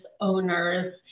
owners